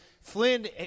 Flynn